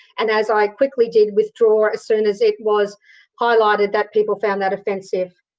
and as i quickly did withdraw as soon as it was highlighted that people found that offensive.